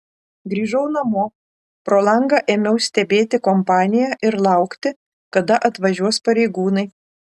grįžau namo pro langą ėmiau stebėti kompaniją ir laukti kada atvažiuos pareigūnai